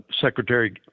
Secretary